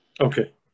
Okay